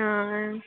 हां हां